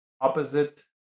opposite